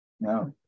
No